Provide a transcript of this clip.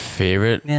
favorite